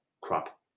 crop